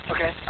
Okay